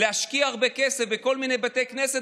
להשקיע הרבה כסף בכל מיני בתי כנסת